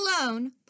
alone